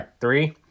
three